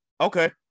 Okay